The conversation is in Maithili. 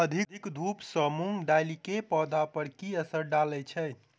अधिक धूप सँ मूंग दालि केँ पौधा पर की असर डालय छै?